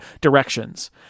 directions